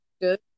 good